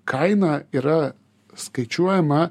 kaina yra skaičiuojama